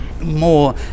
more